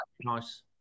Nice